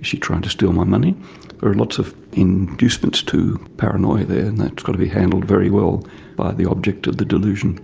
is she trying to steal my money? there are lots of inducements to paranoia there and that's got to be handled very well by the object of the delusion.